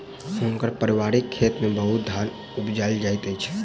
हुनकर पारिवारिक खेत में बहुत धान उपजायल जाइत अछि